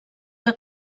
que